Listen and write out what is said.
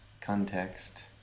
context